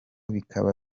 bikaba